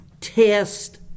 test